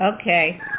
Okay